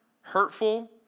hurtful